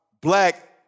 black